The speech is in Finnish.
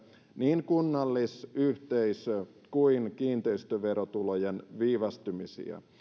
niin kunnallis yhteisö kuin kiinteistöverotulojen viivästymisiä